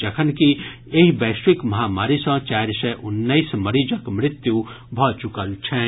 जखनकि एहि वैश्विक महामारी सँ चारि सय उन्नैस मरीजक मृत्यु भऽ चुकल छनि